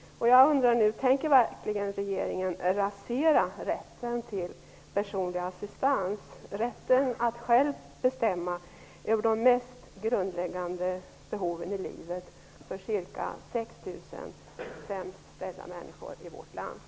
Jag undrar: Tänker regeringen nu verkligen rasera rätten till personlig assistans, rätten att själv bestämma över de mest grundläggande behoven i livet för ca 6 000 av de sämst ställda människorna i vårt land?